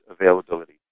availability